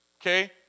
Okay